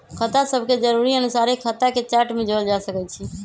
खता सभके जरुरी अनुसारे खता के चार्ट में जोड़ल जा सकइ छै